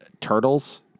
Turtles